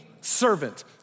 servant